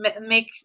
make